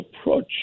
approach